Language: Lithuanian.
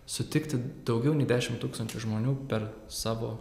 sutikti daugiau nei dešim tūkstančių žmonių per savo